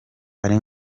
ari